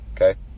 okay